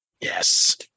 Yes